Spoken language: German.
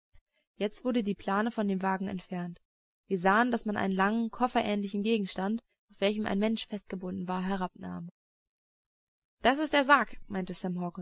jetzt wurde die plahe von dem wagen entfernt wir sahen daß man einen langen kofferähnlichen gegenstand auf welchem ein mensch festgebunden war herabnahm das ist der sarg meinte